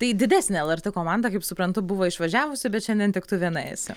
tai didesnė lrt komanda kaip suprantu buvo išvažiavusi bet šiandien tik tu viena esi